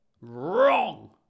Wrong